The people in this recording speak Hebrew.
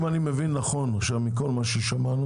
אם אני מבין מכל מה ששמענו